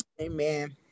Amen